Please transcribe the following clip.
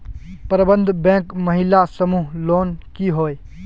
प्रबंधन बैंक महिला समूह लोन की होय?